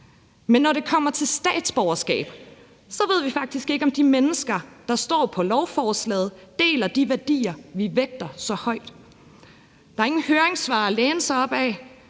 Men når det kommer til statsborgerskab, ved vi faktisk ikke, om de mennesker, der står på lovforslaget, deler de værdier, vi vægter så højt. Der er ingen høringssvar at læne sig op ad.